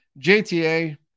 JTA